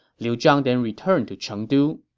liu zhang then returned to chengdu.